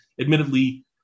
Admittedly